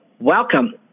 welcome